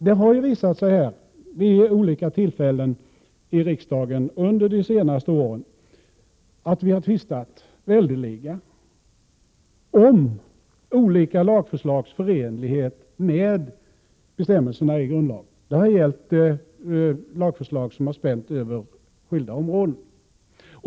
Det har visat sig vid olika tillfällen i riksdagen under de senaste åren att vi har tvistat väldeliga om olika lagförslags förenlighet med bestämmelserna i grundlagen. Det har gällt lagförslag som har spänt över skilda områden.